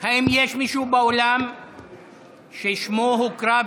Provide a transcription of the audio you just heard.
האם יש מישהו באולם ששמו הוקרא,